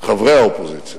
חברי האופוזיציה.